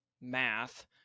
math